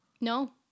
no